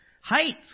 Height